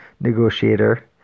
negotiator